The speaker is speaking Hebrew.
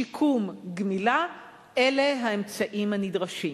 שיקום וגמילה אלה האמצעים הנדרשים.